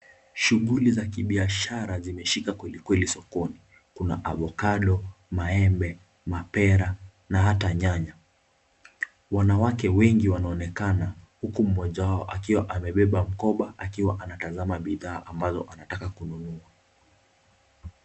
Shughuli za kibiashara zimeshika kweli kweli sokoni, kuna avocado , maembe, mapera na ata nyanya. Wanawake wengi wanaonekana huku mmoja wao akiwa amebeba mkoba akiwa anatazama bidhaa ambazo anataka kununua.